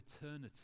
eternity